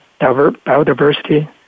biodiversity